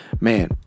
Man